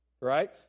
right